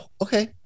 Okay